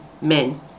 men